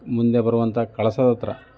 ಮುಂದೆ ಬರೋವಂಥ ಕಳಸದ ಹತ್ರ